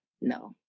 No